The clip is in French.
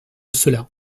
cela